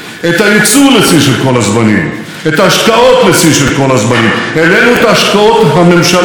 העלינו את השקעות הממשלה במגזר הלא-יהודי לשיא של כל הזמנים: למוסלמים,